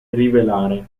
rivelare